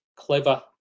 clever